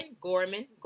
gorman